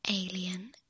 Alien